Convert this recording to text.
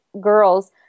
girls